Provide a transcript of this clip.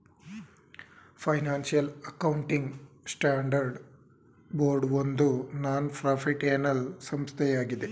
financial accounting standard board ಒಂದು non ಪ್ರಾಫಿಟ್ಏನಲ್ ಸಂಸ್ಥೆಯಾಗಿದೆ